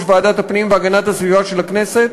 ועדת הפנים והגנת הסביבה של הכנסת